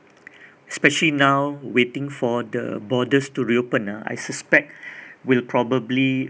especially now waiting for the borders to reopen ah I suspect will probably